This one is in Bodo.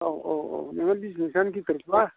औ औ औ नोङो बिजनेसानो गिदिरब्ला